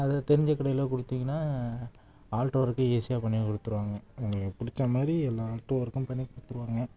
அதை தெரிஞ்ச கடையில் கொடுத்தீங்கன்னா ஆல்ட்ரு ஒர்க்கு ஈஸியாக பண்ணி கொடுத்துருவாங்க உங்களுக்கு பிடிச்ச மாதிரி எல்லா ஆல்ட்ரு ஒர்க்கும் பண்ணி கொடுத்துருவாங்க